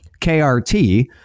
KRT